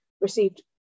received